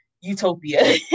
utopia